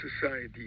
society